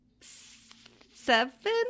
seven